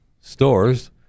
stores